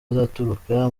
azaturuka